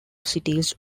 cities